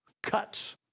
Cuts